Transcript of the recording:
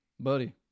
Buddy